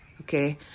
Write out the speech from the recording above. Okay